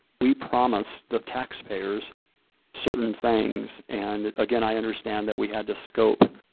we promised the taxpayers certain things. and again, i understand that we had to scope.